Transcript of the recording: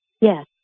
Yes